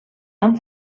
amb